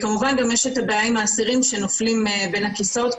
כמובן יש את הבעיה עם האסירים שנופלים בין הכיסאות.